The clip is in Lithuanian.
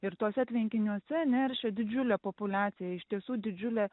ir tuose tvenkiniuose neršia didžiulė populiacija iš tiesų didžiulė